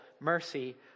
mercy